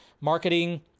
marketing